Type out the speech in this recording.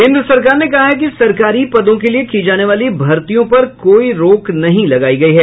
केंद्र सरकार ने कहा है कि सरकारी पदों के लिये की जाने वाली भर्तियों पर कोई रोक नहीं लगायी गई है